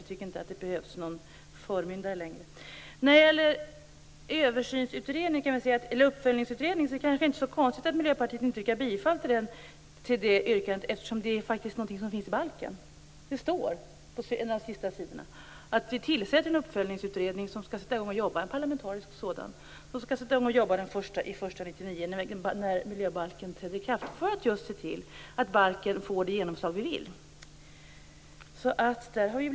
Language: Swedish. Vi tycker inte att det behövs någon förmyndare längre. Det kanske inte är så konstigt att Miljöpartiet inte yrkar bifall till ett yrkande om en uppföljningsutredning, eftersom det faktiskt är något som finns i balken. Det står på en av de sista sidorna att en parlamentarisk uppföljningsutredning skall tillsättas som skall sätta i gång och jobba den 1 januari 1999 när miljöbalken träder i kraft för att se till att balken får det genomslag vi vill att den skall få.